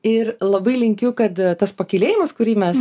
ir labai linkiu kad tas pakylėjimas kurį mes